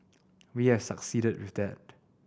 we have succeeded with that